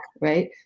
right